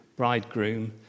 Bridegroom